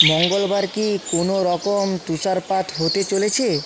মঙ্গলবার কি কোনও রকম তুষারপাত হতে চলেছে